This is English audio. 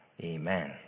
Amen